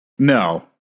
No